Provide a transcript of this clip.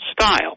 style